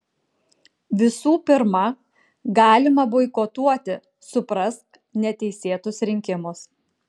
visų pirma galima boikotuoti suprask neteisėtus rinkimus